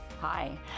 Hi